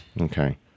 Okay